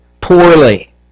poorly